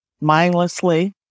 mindlessly